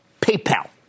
PayPal